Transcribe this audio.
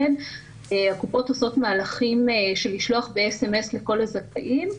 הקופות עושות מהלכים של לשלוח ב-SMS לכל הזכאים,